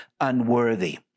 unworthy